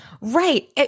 Right